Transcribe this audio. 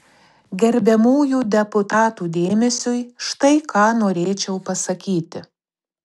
gerbiamųjų deputatų dėmesiui štai ką norėčiau pasakyti